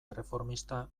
erreformista